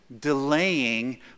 delaying